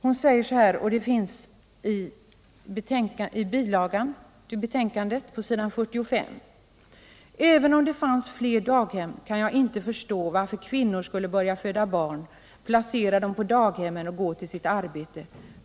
Hon säger så här — det återfinns på s.B 45 i betänkandet: ” Även om det fanns fler daghem kan jag inte förstå varför kvinnor skulle börja föda barn, placera dem på daghemmen och gå till sitt arbete.